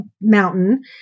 mountain